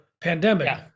pandemic